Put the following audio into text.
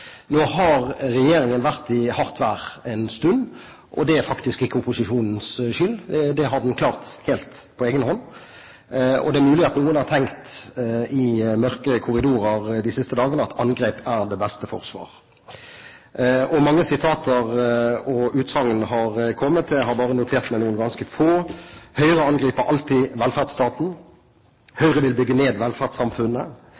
Nå har regjeringen vært i hardt vær en stund, og det er faktisk ikke opposisjonens skyld. Det har den klart helt på egen hånd. Det er mulig at noen har tenkt i mørke korridorer de siste dagene at angrep er det beste forsvar. Mange sitater og utsagn har kommet. Jeg har bare notert meg noen ganske få: Høyre angriper alltid velferdsstaten,